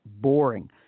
boring